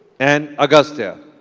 and agastya.